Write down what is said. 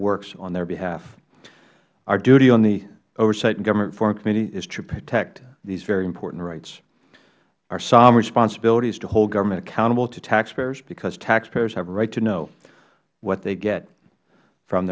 works on their behalf our duty on the oversight and government reform committee is to protect these very important rights our solemn responsibility is to hold government accountable to taxpayers because taxpayers have a right to know what they get from